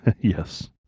Yes